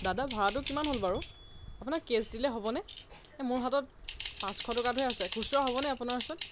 দাদা ভাড়াটো কিমান হ'ল বাৰু আপোনাক কেছ দিলে হ'বনে মোৰ হাতত পাঁচশ টকাটোহে আছে খুচুৰা হ'বনে আপোনাৰ ওচৰত